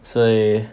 所以